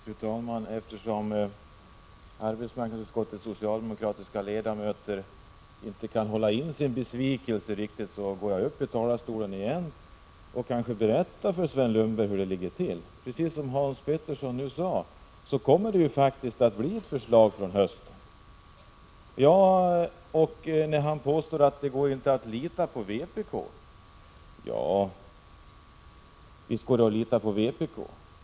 Fru talman! Eftersom arbetsmarknadsutskottets socialdemokratiska ledamöter inte riktigt kan hålla inne med sin besvikelse går jag upp i talarstolen igen för att berätta för Sven Lundberg hur saken ligger till. Precis som Hans Petersson i Hallstahammar nyss sade blir det ett förslag i höst. Sven Lundberg säger att det inte går att lita på vpk. Jo, visst går det att lita på vpk.